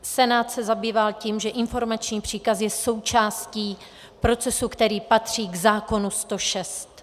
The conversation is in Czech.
Senát se zabýval tím, že informační příkaz je součástí procesu, který patří k zákonu 106.